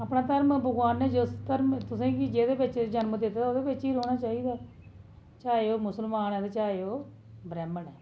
अपना धर्म भगोआन ने जिस धर्म च तुसें गी जेह्दे बिच जन्म दित्ता दा ओह्दे बिच गै रौहना चाहिदा चाहे ओह् मुस्लमान ऐ ते चाहे ओह् ब्राह्मन ऐ